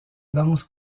danse